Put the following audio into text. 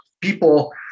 people